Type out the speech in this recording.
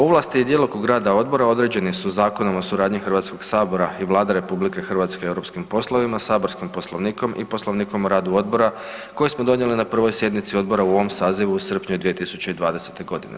Ovlasti i djelokrug rada odbora određeni su zakonom o suradnji Hrvatskog sabora i Vlade RH u europskim poslovima saborskim Poslovnikom i Poslovnikom o radu odbora koji smo donijeli na 1. sjednici odbora u ovom sazivu u srpnju 2020.-te godine.